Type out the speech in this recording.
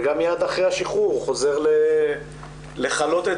וגם מיד אחרי השחרור הוא חוזר לכלות את